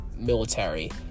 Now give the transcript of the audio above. military